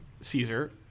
Caesar